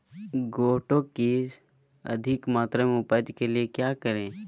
गोटो की अधिक मात्रा में उपज के लिए क्या करें?